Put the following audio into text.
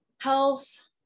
health